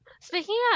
Speaking